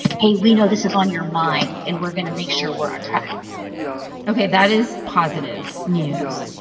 hey we know this is on your mind, and we're going to make sure we're on track ok. that is positive news.